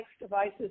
devices